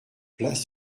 place